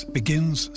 begins